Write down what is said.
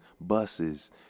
buses